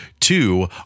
Two